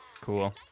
Cool